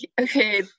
Okay